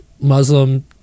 Muslim